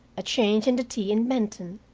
a change in the t in benton,